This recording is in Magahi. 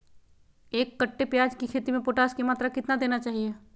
एक कट्टे प्याज की खेती में पोटास की मात्रा कितना देना चाहिए?